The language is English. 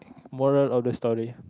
moral of the story